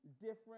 different